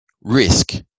Risk